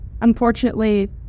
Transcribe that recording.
unfortunately